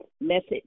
message